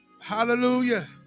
Hallelujah